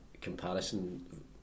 comparison